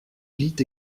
lit